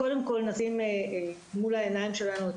קודם כל נשים מול העיניים שלנו את